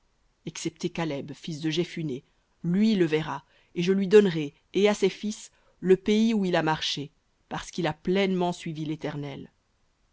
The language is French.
excepté caleb fils de jephunné lui le verra et je lui donnerai et à ses fils le pays où il a marché parce qu'il a pleinement suivi l'éternel